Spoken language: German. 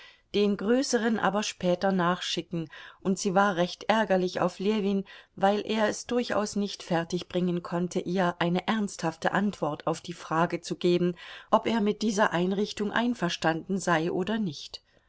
den größeren aber später nachschicken und sie war recht ärgerlich auf ljewin weil er es durchaus nicht fertigbringen konnte ihr eine ernsthafte antwort auf die frage zu geben ob er mit dieser einrichtung einverstanden sei oder nicht